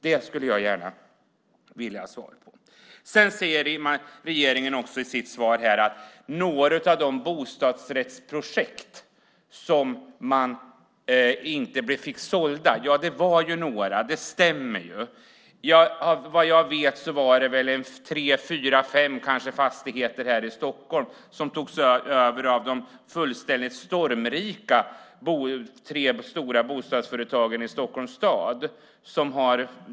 Det skulle jag gärna vilja ha svar på. Regeringen talar också i sitt svar om några av de bostadsprojekt som man inte fick sålda. Det stämmer att det var några. Vad jag vet var det tre, fyra eller kanske fem fastigheter här i Stockholm som togs över av de tre fullkomligt stormrika stora bostadsföretagen i Stockholms stad.